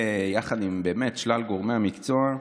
יחד עם שלל גורמי המקצוע,